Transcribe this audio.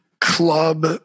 Club